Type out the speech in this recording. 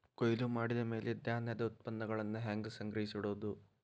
ಕೊಯ್ಲು ಮಾಡಿದ ಮ್ಯಾಲೆ ಧಾನ್ಯದ ಉತ್ಪನ್ನಗಳನ್ನ ಹ್ಯಾಂಗ್ ಸಂಗ್ರಹಿಸಿಡೋದು?